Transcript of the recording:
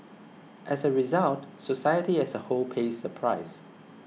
as a result society as a whole pays the price